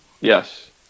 yes